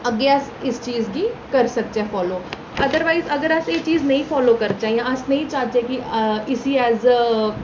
अग्गै अस इस चीज गी करी सकचै फालो अदरवाइज अगर अस एह् चीज नेईं फालो करचै जां नेईं चाह्चै कि इसी एज ए